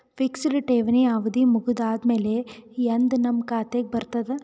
Fixed ಠೇವಣಿ ಅವಧಿ ಮುಗದ ಆದಮೇಲೆ ಎಂದ ನಮ್ಮ ಖಾತೆಗೆ ಬರತದ?